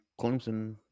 Clemson